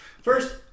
First